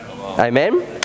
Amen